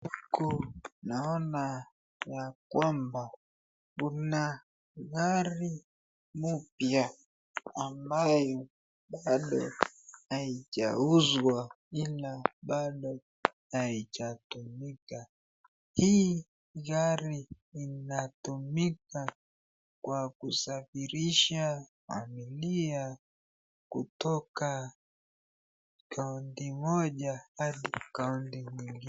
Huku naona ya kwamba kuna gari mpya ambayo bado haijauzwa ila bado haijatumika, hii gari inatumika kwa kusafirisha familia kutoka kaunti moja hadi kaunti nyingine.